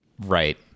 Right